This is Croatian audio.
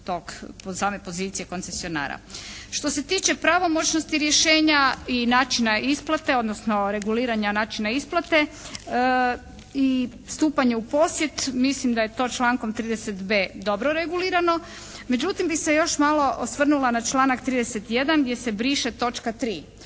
tog, same pozicije koncesionara. Što se tiče pravomoćnosti rješenja i načina isplate, odnosno reguliranja načina isplate i stupanja u posjed mislim da je to člankom 30.b dobro regulirano, međutim bi se još malo osvrnula na članak 31. gdje se briše točka 3.